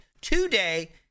today